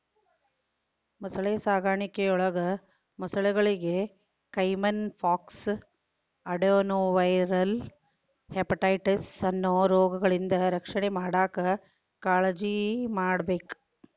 ಮೊಸಳೆ ಸಾಕಾಣಿಕೆಯೊಳಗ ಮೊಸಳೆಗಳಿಗೆ ಕೈಮನ್ ಪಾಕ್ಸ್, ಅಡೆನೊವೈರಲ್ ಹೆಪಟೈಟಿಸ್ ಅನ್ನೋ ರೋಗಗಳಿಂದ ರಕ್ಷಣೆ ಮಾಡಾಕ್ ಕಾಳಜಿಮಾಡ್ಬೇಕ್